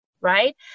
Right